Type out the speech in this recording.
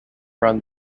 run